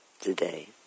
today